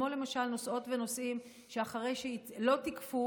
כמו למשל נוסעות ונוסעים שלא תיקפו,